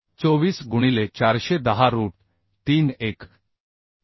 24 गुणिले 410 रूट 3 1